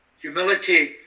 humility